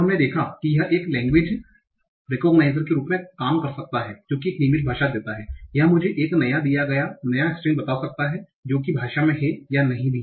और हमने देखा है कि यह एक लेंगवेज रेकोगनाइजर के रूप में काम कर सकता है जो एक नियमित भाषा देता है यह मुझे एक नया दिया गया नया स्ट्रिंग बता सकता है जो कि भाषा में है या नहीं भी